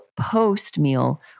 post-meal